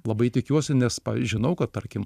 labai tikiuosi nes žinau kad tarkim